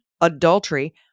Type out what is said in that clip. adultery